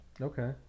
okay